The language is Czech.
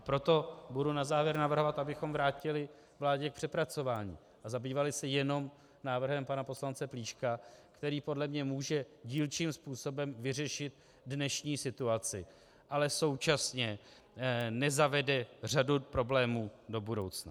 Proto budu na závěr navrhovat, abychom návrh vrátili vládě k přepracování a zabývali se jenom návrhem pana poslance Plíška, který podle mě může dílčím způsobem vyřešit dnešní situaci, ale současně nezavede řadu problémů do budoucna.